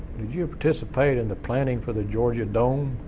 did you participate in the planning for the georgia dome?